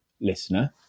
listener